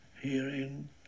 herein